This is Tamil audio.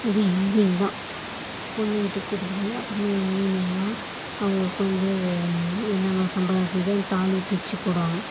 அதுவும் ஈவினிங் தான் பொண்ணு வீட்டுக்கு கூட்டிட்டு போய் அப்புறமே ஈவினிங் தான் அவங்களுக்கு வந்து என்னென்னா சம்பரதாயம் செஞ்சது தாலி பிரித்து போடுவாங்க